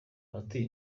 abatuye